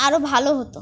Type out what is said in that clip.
আরও ভালো হতো